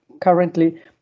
currently